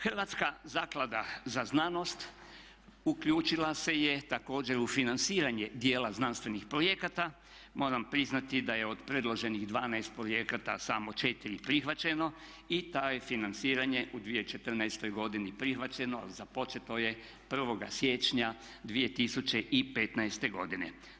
Hrvatska zaklada za znanost uključila se je također u financiranje djela znanstvenih projekata, moram priznati da je od predloženih 12 projekata samo 4 prihvaćeno i to je financiranje u 2014.godini prihvaćeno, započeto je 1.siječnja 2015.godine.